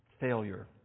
failure